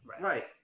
Right